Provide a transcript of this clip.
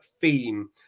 theme